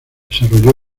desarrolló